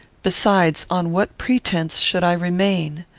besides, on what pretence should i remain?